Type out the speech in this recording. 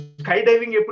skydiving